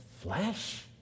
flesh